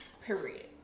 Period